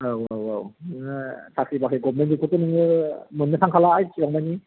औ औ औ नोङो साख्रि बाख्रि गभर्नमेन्टनिखौथ' नोङो मोननो थांखाला एसेबांमानि